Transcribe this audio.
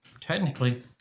technically